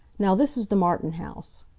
now this is the martin house.